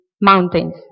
mountains